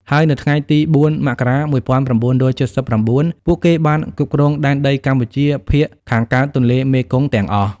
ហើយនៅថ្ងៃទី ០៤ មករា ១៩៧៩ ពួកគេបានគ្រប់គ្រងដែនដីកម្ពុជាភាគខាងកើតទន្លេមេគង្គទាំងអស់។